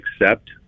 accept